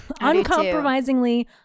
uncompromisingly